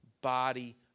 body